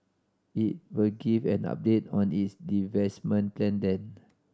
it will give an update on its divestment plan then